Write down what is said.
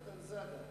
נתן זאדה.